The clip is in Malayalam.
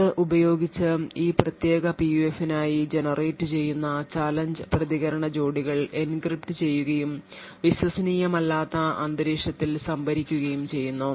ഇത് ഉപയോഗിച്ച് ഈ പ്രത്യേക PUF നായി ജനറേറ്റുചെയ്യുന്ന ചലഞ്ച് പ്രതികരണ ജോഡികൾ എൻക്രിപ്റ്റ് ചെയ്യുകയും വിശ്വസനീയമല്ലാത്ത അന്തരീക്ഷത്തിൽ സംഭരിക്കുകയും ചെയ്യുന്നു